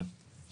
כן.